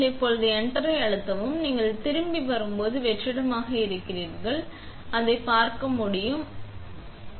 நீங்கள் இப்போது என்டர் ஐ அழுத்தவும் நீங்கள் திரும்பி வரும்போது வெற்றிடமாக இருக்கிறீர்கள் அது நீங்கள் அதை வெற்றிடமாக பார்க்க முடியும் மற்றும் அழகாக சிக்கி என்று பார்க்க முடியும்